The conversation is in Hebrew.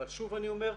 אבל שוב אני אומר,